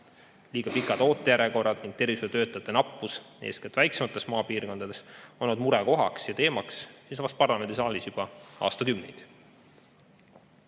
Liiga pikad ootejärjekorrad ning tervishoiutöötajate nappus, eeskätt väiksemates maapiirkondades, on olnud murekohaks ja teemaks siinsamas parlamendisaalis juba aastakümneid.